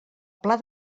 pla